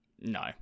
No